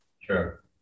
Sure